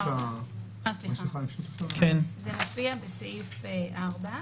זה מופיע בסעיף 4,